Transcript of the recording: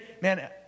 man